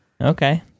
Okay